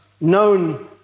known